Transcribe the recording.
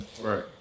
Right